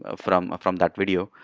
ah from from that video,